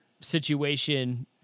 situation